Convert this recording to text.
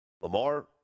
Lamar